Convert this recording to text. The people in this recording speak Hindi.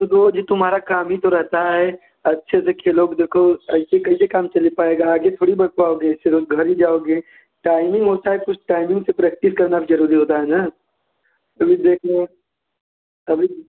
रोज़ ही तुम्हारा काम ही तो रहता है अच्छे से खेलोगे देखो ऐसे कैसे काम चलने पाएगा आगे थोड़ी बन पाओगे घर ही जाओगे टाइमिंग होता है कुछ टाइमिंग से प्रेक्टिस करना भी ज़रूरी होता है ना ख़ुद ही देख लो कभी